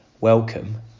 welcome